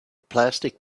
plastic